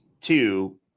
two